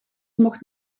mocht